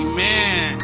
Amen